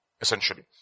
Essentially